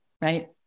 Right